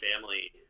family